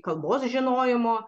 kalbos žinojimo